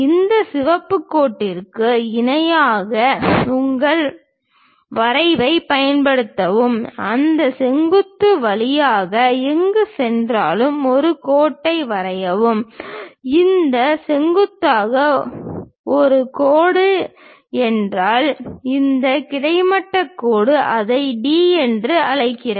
இந்த சிவப்பு கோட்டிற்கு இணையாக உங்கள் வரைவைப் பயன்படுத்தவும் அந்த செங்குத்து வழியாக எங்கு சென்றாலும் ஒரு கோட்டை வரையவும் இந்த செங்குத்தாக ஒரு கோடு என்றால் இந்த கிடைமட்ட கோடு அதை D என்று அழைக்கிறது